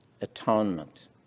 atonement